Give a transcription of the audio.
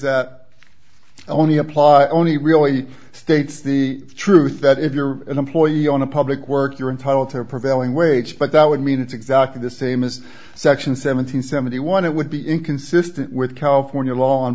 that only applies only we only states the truth that if you're an employee on a public work you are entitled to a prevailing wage but that would mean it's exactly the same as section seven hundred seventy one it would be inconsistent with california law on